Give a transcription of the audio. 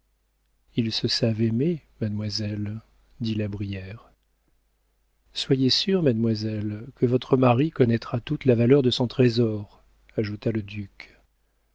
ils se savent aimés mademoiselle dit la brière soyez sûre mademoiselle que votre mari connaîtra toute la valeur de son trésor ajouta le duc